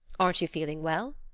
aren't you feeling well?